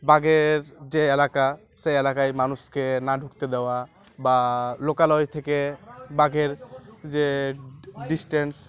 বাঘের যে এলাকা সেই এলাকায় মানুষকে না ঢুকতে দেওয়া বা লোকালয় থেকে বাঘের যে ডিস্টেন্স